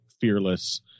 fearless